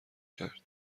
کرد